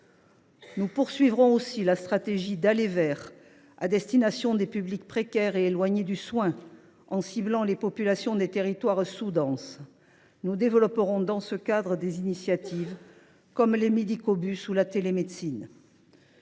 Nous poursuivrons aussi la stratégie d’« aller vers », à destination des publics précaires et éloignés du soin, en ciblant les populations des territoires sous denses. Nous développerons dans ce cadre des initiatives, comme les médicobus ou la télémédecine.